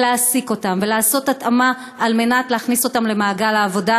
להעסיק אותם ולעשות התאמה כדי להכניס אותם למעגל העבודה.